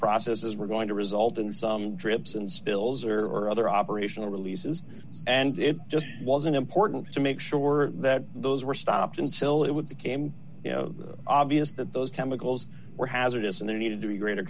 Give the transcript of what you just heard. processes were going to result in some drips and spills or other operational releases and it just wasn't important to make sure that those were stopped until it would came you know obvious that those chemicals were hazardous and there needed to be greater